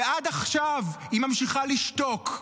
ועד עכשיו היא ממשיכה לשתוק.